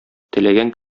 теләгән